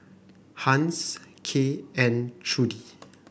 Hans Kay and Trudie